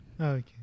Okay